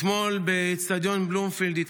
אתמול התרחש באצטדיון בלומפילד אחד